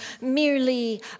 merely